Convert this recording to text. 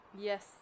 Yes